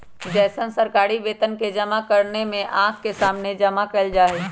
जैसन सरकारी वेतन के जमा करने में आँख के सामने जमा कइल जाहई